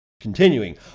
Continuing